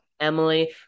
Emily